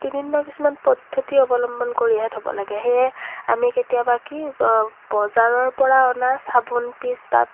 বিভিন্ন কিছুমান পদ্ধতি অৱলম্বন কৰিহে ধোব লাগে সেয়েহে আমি কেতিয়াবা কি বজাৰৰ পৰা অনা চাবোন পিচ বা